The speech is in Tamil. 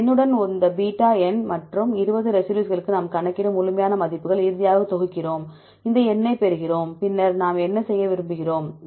இந்த எண்ணுடன் இந்த பீட்டா எண் மற்றும் 20 ரெசிடியூஸ்களுக்கு நாம் கணக்கிட்டு முழுமையான மதிப்புகள் இறுதியாக தொகுக்கிறோம் இந்த எண்ணைப் பெறுகிறோம் பின்னர் நாம் என்ன செய்ய விரும்புகிறோம்